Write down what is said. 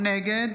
נגד